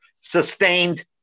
Sustained